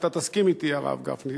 אתה תסכים אתי, הרב גפני.